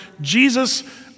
Jesus